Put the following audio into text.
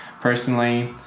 personally